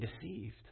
deceived